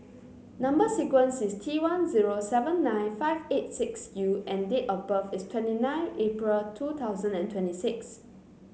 number sequence is T one zero seven nine five eight six U and date of birth is twenty nine April two thousand and twenty six